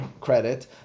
credit